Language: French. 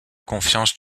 confiance